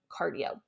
cardio